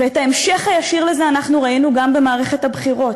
ואת ההמשך הישיר לזה אנחנו ראינו גם במערכת הבחירות,